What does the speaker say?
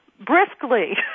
briskly